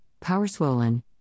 power-swollen